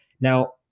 Now